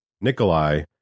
nikolai